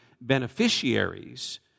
beneficiaries